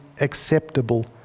acceptable